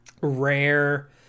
Rare